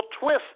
twist